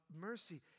mercy